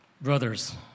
brothers